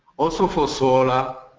also, for solar,